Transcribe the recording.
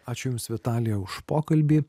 ačiū jums vitalija už pokalbį